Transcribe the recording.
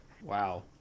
Wow